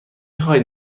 خواهید